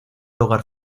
hogar